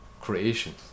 creation